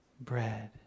bread